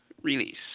release